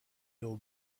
old